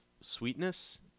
sweetness